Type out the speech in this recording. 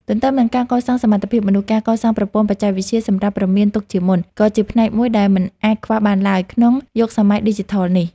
ទន្ទឹមនឹងការកសាងសមត្ថភាពមនុស្ស ការកសាងប្រព័ន្ធបច្ចេកវិទ្យាសម្រាប់ព្រមានទុកជាមុន ក៏ជាផ្នែកមួយដែលមិនអាចខ្វះបានឡើយ ក្នុងយុគសម័យឌីជីថលនេះ។